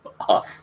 off